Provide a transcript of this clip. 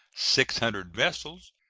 six hundred vessels,